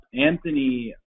Anthony